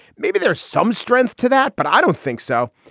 maybe there's some strength to that, but i don't think so.